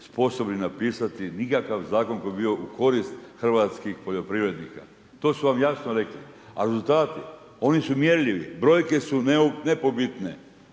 sposobni napisati nikakav zakon koji bi bio u korist hrvatskih poljoprivrednika. To su vam jasno rekli. A rezultati, oni su mjerljivi, brojke su nepobitne.